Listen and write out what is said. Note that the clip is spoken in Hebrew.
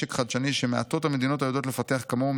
נשק חדשני שמעטות המדינות היודעות לפתח כמוהו,